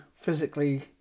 physically